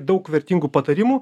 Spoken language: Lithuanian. daug vertingų patarimų